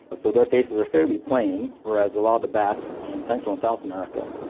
so their faces are fairly plain, whereas a lot of the bats in central and south america,